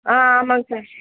ஆ ஆமாம்ங்க சார்